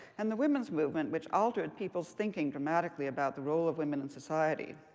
and the women's movement, which altered people's thinking dramatically about the role of women in society.